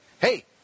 hey